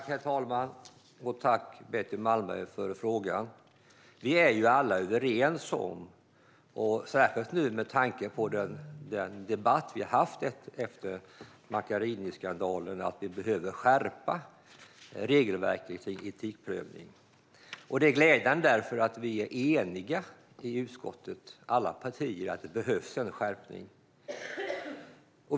Herr talman! Tack, Betty Malmberg, för frågan! Vi är alla överens om, särskilt med tanke på den debatt vi har haft efter Macchiariniskandalen, att vi behöver skärpa regelverket gällande etikprövning. Det är därför glädjande att alla partier i utskottet är eniga om att det behövs en skärpning.